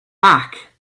back